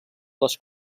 les